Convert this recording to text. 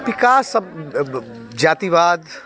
विकास अब जातिवाद